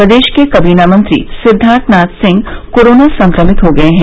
प्रदेश के काबीना मंत्री सिद्दार्थनाथ सिंह कोरोना संक्रमित हो गये है